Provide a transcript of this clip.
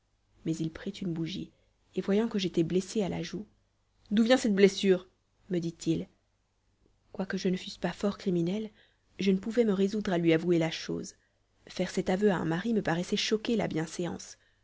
mais il prit une bougie et voyant que j'étais blessée à la joue d'où vient cette blessure me dit-il quoique je ne fusse pas fort criminelle je ne pouvais me résoudre à lui avouer la chose faire cet aveu à un mari me paraissait choquer la bienséance